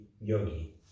yogi